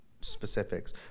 specifics